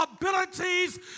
abilities